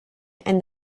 and